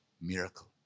miracle